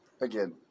Again